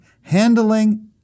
handling